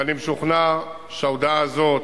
ואני משוכנע שההודעה הזאת,